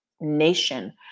nation